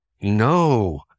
No